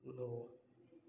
लो